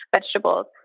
vegetables